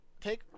Take